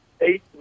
eight